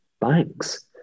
banks